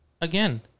again